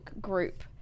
group